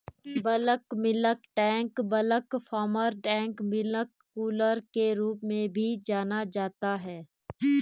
bulk milk tank bulk farm tank milk cooler के रूप में भी जाना जाता है,